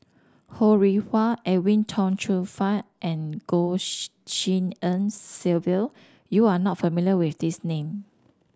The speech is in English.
Ho Rih Hwa Edwin Tong Chun Fai and Goh Tshin En Sylvia you are not familiar with these name